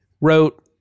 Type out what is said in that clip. wrote